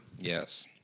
Yes